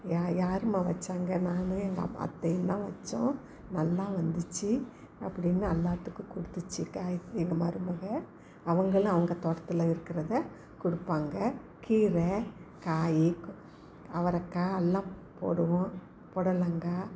யா யாரும்மா வைச்சாங்க நான் எங்கள் அ அத்தையும்தான் வைச்சோம் நல்லா வந்துச்சு அப்படின்னு எல்லாத்துக்கும் குடுத்துச்சு காய் எங்கள் மருமகள் அவங்களும் அவங்க தோட்டத்தில் இருக்கிறதை கொடுப்பாங்க கீரை காய் அவரக்காய் எல்லாம் போடுவோம் பொடலங்காய்